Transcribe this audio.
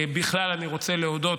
בכלל, אני רוצה להודות